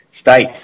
states